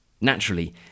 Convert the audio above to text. Naturally